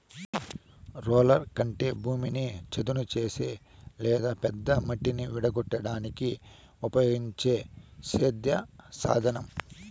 రోలర్లు అంటే భూమిని చదును చేసే లేదా పెద్ద మట్టిని విడగొట్టడానికి ఉపయోగించే సేద్య సాధనం